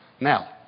Now